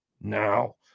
now